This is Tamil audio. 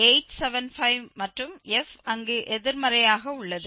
21875 மற்றும் f அங்கு எதிர்மறையாக உள்ளது